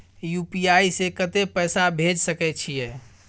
UPI से कत्ते पैसा भेज सके छियै?